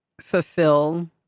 fulfill